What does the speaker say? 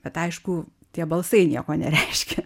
bet aišku tie balsai nieko nereiškė